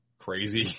crazy